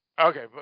Okay